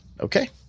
Okay